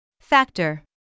Factor